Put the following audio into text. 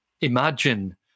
imagine